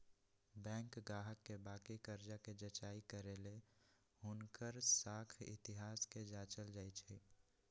bank गाहक के बाकि कर्जा कें जचाई करे के लेल हुनकर साख इतिहास के जाचल जाइ छइ